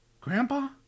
Grandpa